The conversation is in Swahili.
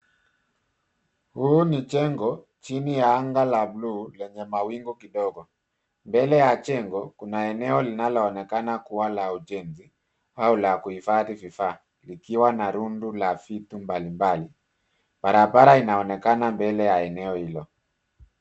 Huu ni jengo chini ya anga la blue lenye mawingu kidogo mbele ya jengo kuna eneo linaloonekana kuwa la ujenzi au la kuhifadhi vifaa likiwa na rundo ya vitu mbali mbali . Barabara inaonekana mbele ya eneo hilo.